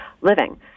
living